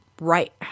right